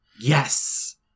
yes